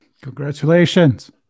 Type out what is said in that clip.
Congratulations